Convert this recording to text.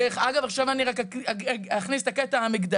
דרך אגב, עכשיו אני רק אכניס את הקטע המגדרי.